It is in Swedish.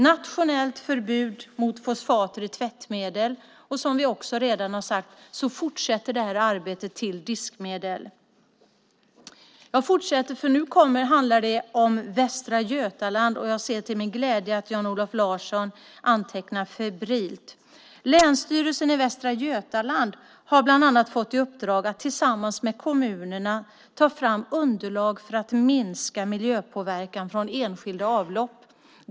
Nationellt förbud mot fosfater i tvättmedel. Arbetet fortsätter nu till frågan om diskmedel. Jag fortsätter. Nu handlar det om Västra Götaland. Jag ser till min glädje att Jan-Olof Larsson antecknar febrilt. Länsstyrelsen i Västra Götaland har bland annat fått i uppdrag att tillsammans med kommunerna ta fram underlag för att minska miljöpåverkan från enskilda avlopp.